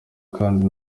kandi